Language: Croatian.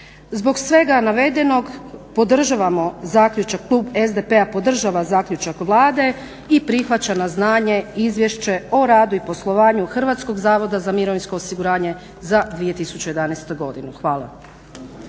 podržavamo zaključak, klub SDP-a podržava zaključak Vlade i prihvaća na znanje Izvješće o radu i poslovanju Hrvatskog zavoda za mirovinsko osiguranje za 2011. godinu. Hvala.